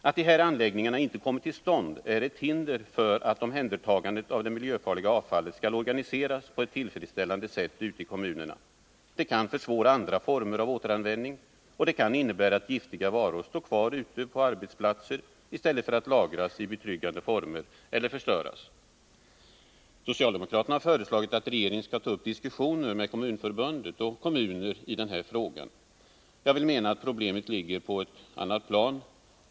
Att de här anläggningarna inte kommit till stånd är ett hinder för att omhändertagandet av det miljöfarliga avfallet skall organiseras på ett tillfredsställande sätt ute i kommunerna. Det kan försvåra andra former av återanvändning och det kan innebära att giftiga varor står kvar ute på arbetsplatser i stället för att lagras i betryggande former eller förstöras. Socialdemokraterna har föreslagit att regeringen skall ta upp diskussioner med Kommunförbundet och vissa kommuner i den här frågan. Jag vill mena att problemet ligger på ett annat plan.